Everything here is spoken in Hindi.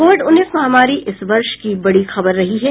कोविड उन्नीस महामारी इस वर्ष की बड़ी खबर रही है